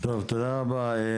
טוב, תודה רבה.